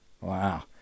Wow